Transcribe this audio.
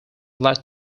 latin